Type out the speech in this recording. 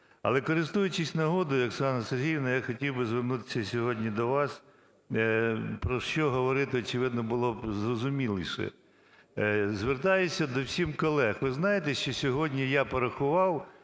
Але користуючись нагодою, Оксано Сергіївно, я хотів би звернутися сьогодні до вас, про що говорити, очевидно, було б зрозуміліше. Звертаюся до всіх колег. Ви знаєте, що сьогодні, я порахував: